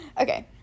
Okay